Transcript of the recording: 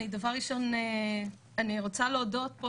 דבר ראשון אני רוצה להודות פה